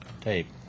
tape